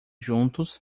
juntos